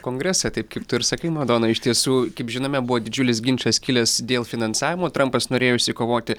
kongresą taip kaip tu ir sakai madona iš tiesų kaip žinome buvo didžiulis ginčas kilęs dėl finansavimo trampas norėjo išsikovoti